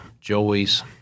Joey's